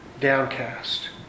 downcast